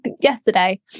yesterday